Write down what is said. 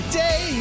day